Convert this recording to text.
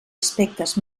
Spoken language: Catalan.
aspectes